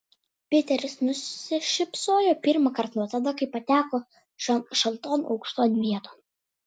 piteris nusišypsojo pirmąsyk nuo tada kai pateko šion šalton aukšton vieton